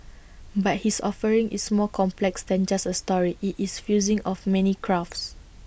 but his offering is more complex than just A story IT is fusing of many crafts